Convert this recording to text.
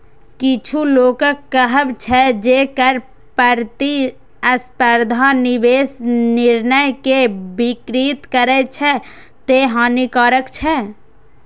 किछु लोकक कहब छै, जे कर प्रतिस्पर्धा निवेश निर्णय कें विकृत करै छै, तें हानिकारक छै